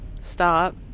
stop